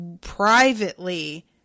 privately